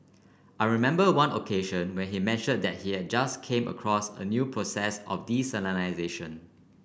I remember one occasion when he mentioned that he had just came across a new process of desalination